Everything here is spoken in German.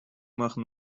machen